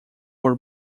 were